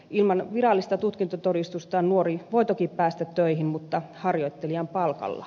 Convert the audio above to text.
ilman virallista tutkintotodistusta nuori voi toki päästä töihin mutta harjoittelijan palkalla